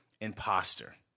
imposter